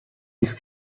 used